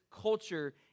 culture